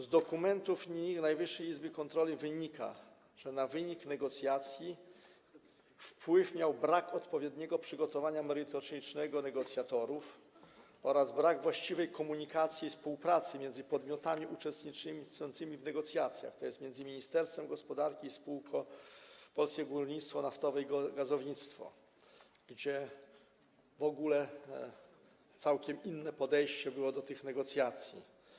Z dokumentów Najwyższej Izby Kontroli wynika, że na wynik negocjacji miał wpływ brak odpowiedniego przygotowania merytorycznego negocjatorów oraz brak właściwej komunikacji i współpracy między podmiotami uczestniczącymi w negocjacjach, tj. między Ministerstwem Gospodarki i spółką Polskie Górnictwo Naftowe i Gazownictwo, gdzie w ogóle było całkiem inne podejście do tych negocjacji.